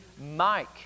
Mike